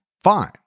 fine